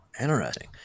interesting